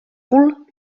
cul